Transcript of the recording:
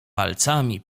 palcami